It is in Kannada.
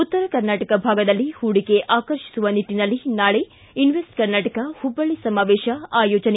ಉತ್ತರ ಕರ್ನಾಟಕ ಭಾಗದಲ್ಲಿ ಹೂಡಿಕೆ ಆಕರ್ಷಿಸುವ ನಿಟ್ಟಿನಲ್ಲಿ ನಾಳೆ ಇನ್ವೆಸ್ಟ್ ಕರ್ನಾಟಕ ಹುಬ್ಬಳ್ಳಿ ಸಮಾವೇಶ ಆಯೋಜನೆ